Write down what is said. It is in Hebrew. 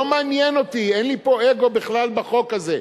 לא מעניין אותי, אין לי פה אגו בכלל בחוק הזה.